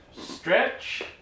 stretch